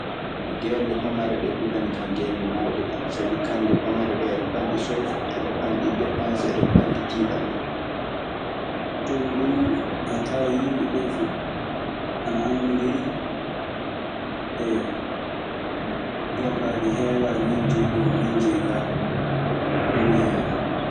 Gelle pamare ɗee ɓurani kan gelle mawɗe ɗee. sabi kanje pamare ɗee eɗe panɗi soyfa, eɗe panɗi deppanse, eɗe panɗi tiiɗalla. Ton duu a tawan yimɓe ɓee fuu ana anndondiri. torlaaji heewaa. Min jeyi ɗoo. Min jeyi gaa. Ɗun duu heewaa.